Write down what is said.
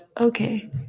Okay